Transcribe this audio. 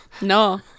No